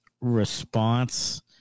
response